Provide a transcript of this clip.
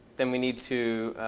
then we need to